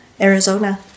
Arizona